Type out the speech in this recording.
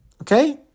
okay